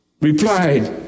replied